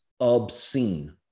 obscene